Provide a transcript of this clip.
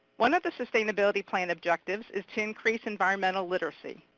one of the sustainability plan objectives is to increase environmental literacy.